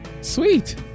sweet